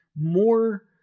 more